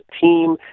team